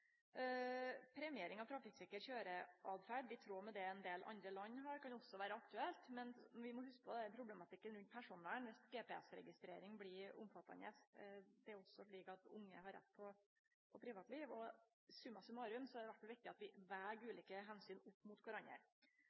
Premiering av trafikksikker køyreåtferd i tråd med det ein del andre land har, kan også vere aktuelt, men vi må hugse på problematikken rundt personvern viss ei GPS-registrering blir omfattande. Også unge har rett på privatliv. Summa summarum er det i alle fall viktig at vi veg ulike omsyn opp mot